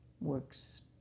Works